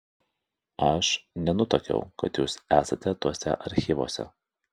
aš nenutuokiau kad jūs esate tuose archyvuose